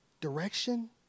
direction